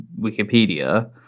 Wikipedia